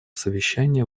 совещания